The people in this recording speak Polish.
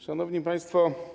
Szanowni Państwo!